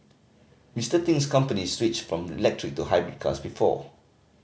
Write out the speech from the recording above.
Mister Ting's company switched from electric to hybrid cars before